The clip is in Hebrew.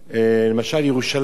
למשל ירושלים,